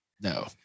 No